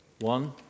One